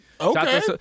Okay